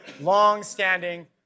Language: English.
long-standing